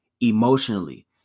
emotionally